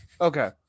Okay